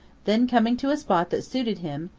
then coming to a spot that suited him,